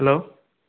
hello